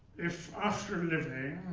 if, after living,